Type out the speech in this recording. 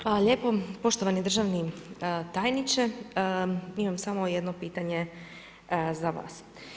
Hvala lijepo, poštovani državni tajniče, imam samo jedno pitanje za vas.